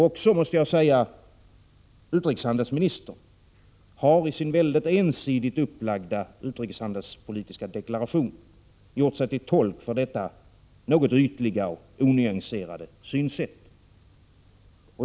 Också utrikeshandelsministern har i sin väldigt ensidigt upplagda utrikeshandelspolitiska deklaration gjort sig till tolk för detta något ytliga och onyanserade synsätt.